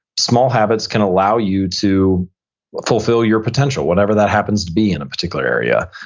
small habits can allow you to fulfill your potential, whatever that happens to be in a particular area.